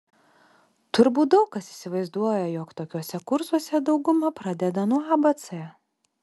turbūt daug kas įsivaizduoja jog tokiuose kursuose dauguma pradeda nuo abc